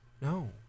No